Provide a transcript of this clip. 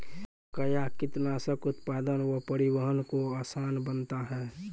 कया कीटनासक उत्पादन व परिवहन को आसान बनता हैं?